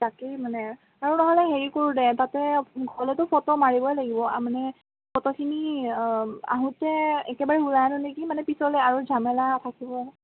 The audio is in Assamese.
তাকেই মানে আৰু নহ'লে হেৰি কৰোঁ দে তাতে গ'লেতো ফটো মাৰিবই লাগিব মানে ফটোখিনি আহোতে একেবাৰে উলিয়াই আনোঁ নেকি মানে পিছলৈ আৰু জামেলা থাকিব